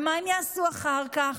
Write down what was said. ומה הן יעשו אחר כך?